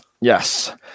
Yes